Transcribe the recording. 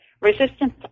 resistance